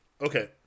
Okay